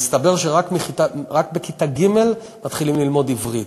מסתבר שרק בכיתה ג' מתחילים ללמוד עברית,